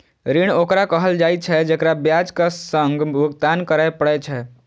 ऋण ओकरा कहल जाइ छै, जेकरा ब्याजक संग भुगतान करय पड़ै छै